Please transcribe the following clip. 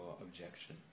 objection